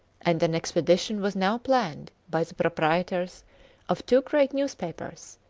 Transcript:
and an expedition was now planned by the proprietors of two great newspapers,